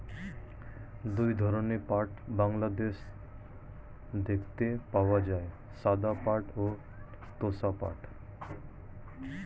দুই ধরনের পাট বাংলাদেশে দেখতে পাওয়া যায়, সাদা পাট ও তোষা পাট